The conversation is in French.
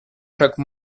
chaque